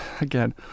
Again